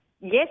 yes